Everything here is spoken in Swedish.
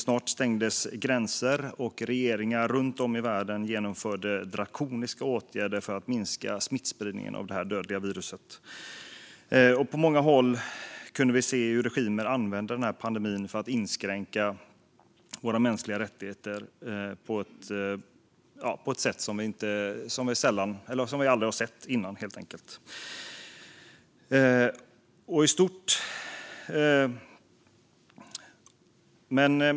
Snart stängdes gränser, och regeringar runt om i världen genomförde drakoniska åtgärder för att minska smittspridningen av det dödliga viruset. På många håll kunde vi se hur regimer använde pandemin för att inskränka mänskliga rättigheter på ett sätt som vi aldrig har sett tidigare.